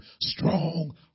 strong